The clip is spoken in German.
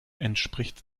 entspricht